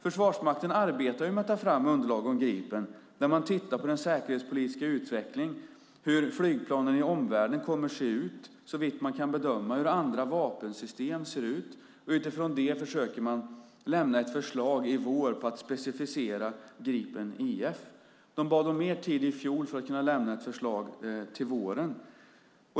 Försvarsmakten arbetar ju med att ta fram underlag om Gripen där man tittar på den säkerhetspolitiska utvecklingen, hur flygplanen i omvärlden kommer att se ut, såvitt man kan bedöma, och hur andra vapensystem ser ut. Utifrån det försöker man i vår lämna ett förslag på en specificering av Gripen E/F. De bad om mer tid i fjol för att kunna lämna ett förslag till våren.